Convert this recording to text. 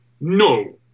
no